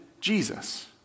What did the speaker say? Jesus